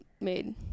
made